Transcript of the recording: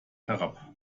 herab